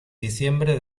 diciembre